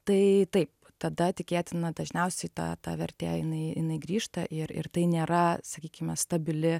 tai taip tada tikėtina dažniausiai ta ta vertė jinai jinai grįžta ir ir tai nėra sakykime stabili